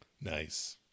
nice